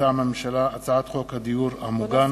מטעם הממשלה: הצעת חוק הדיור המוגן,